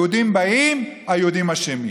היהודים באים, היהודים אשמים.